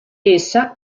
essa